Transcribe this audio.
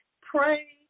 Pray